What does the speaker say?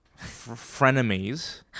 Frenemies